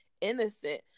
innocent